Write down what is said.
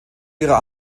ihrer